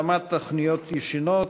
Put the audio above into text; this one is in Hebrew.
התאמת תוכניות ישנות),